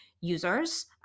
users